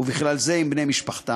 ובכלל זה עם בני משפחתם,